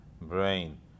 brain